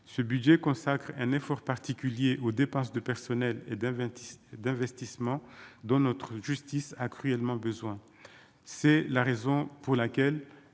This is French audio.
ce budget consacrent un effort particulier aux dépenses de personnel et d'Aventis d'investissement dans notre justice a cruellement besoin, c'est la raison pour laquelle,